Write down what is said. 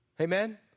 Amen